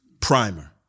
Primer